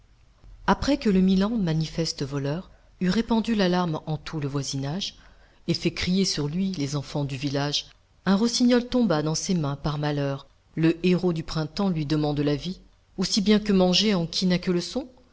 après que le milan manifeste voleur eut répandu l'alarme en tout le voisinage et fait crier sur lui les enfants du village un rossignol tomba dans ses mains par malheur le héraut du printemps lui demande la vie aussi bien que manger en qui n'a que le son